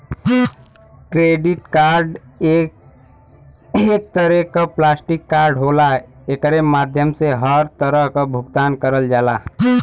credit card एक तरे क प्लास्टिक कार्ड होला एकरे माध्यम से हर तरह क भुगतान करल जाला